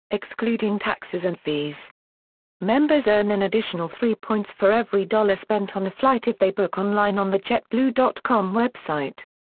excluding taxes and fees members earn an additional three points for every dollar spent on a flight if they book online on the jetblue dot com website.